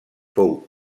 fou